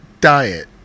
Diet